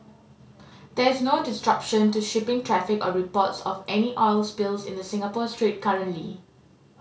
there is no disruption to shipping traffic or reports of any oil spills in the Singapore Strait currently